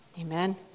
Amen